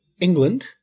England